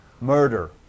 Murder